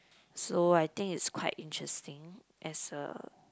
so I think it's quite interesting as a